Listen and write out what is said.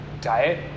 diet